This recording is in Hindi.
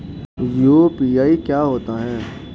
यू.पी.आई क्या होता है?